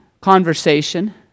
conversation